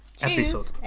Episode